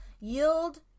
yield